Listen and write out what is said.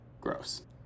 gross